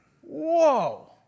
whoa